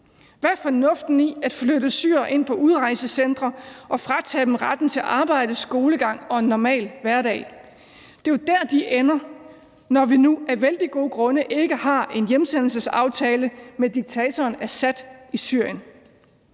Hvad er fornuften i at flytte syrere ind på udrejsecentre og fratage dem retten til arbejde, skolegang og en normal hverdag? Det er jo der, de ender, når vi nu af vældig gode grunde ikke har en hjemsendelsesaftale med diktatoren Assad i Syrien.